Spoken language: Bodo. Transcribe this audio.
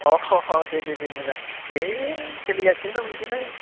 अ'ह'ह' दे दे मोजां नै सोलिगासिनो दं बिदिनो